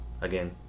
again